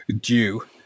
due